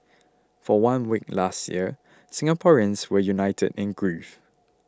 for one week last year Singaporeans were united in grief